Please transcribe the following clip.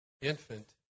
infant